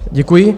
Děkuji.